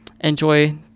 Enjoy